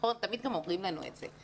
גם תמיד אומרים לנו את זה.